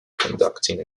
conducting